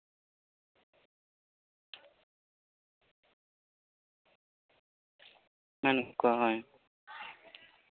ᱢᱮᱱᱟᱠᱚ ᱦᱮᱸ